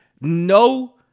no